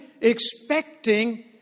expecting